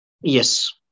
Yes